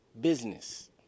business